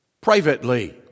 privately